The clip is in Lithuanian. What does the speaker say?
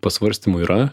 pasvarstymų yra